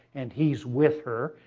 and he's with her,